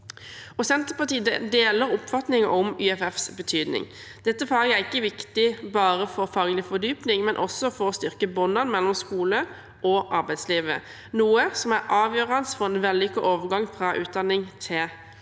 Senterpartiet deler oppfatningen om YFFs betydning. Dette faget er ikke bare viktig for faglig fordypning, men også for å styrke båndene mellom skole og arbeidsliv, noe som er avgjørende for en vellykket overgang fra utdanning til yrkesliv.